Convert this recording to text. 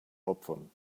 opfern